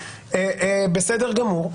בסדר גמור,